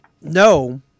No